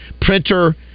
printer